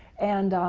and